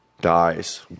dies